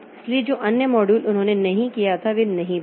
इसलिए जो अन्य मॉड्यूल उन्होंने किया था वे नहीं बदले